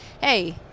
hey